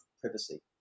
privacy